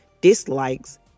dislikes